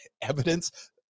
Evidence